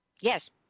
Yes